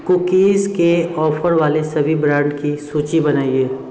cookies के offer वाले सभी ब्रांड की सूची बनाइये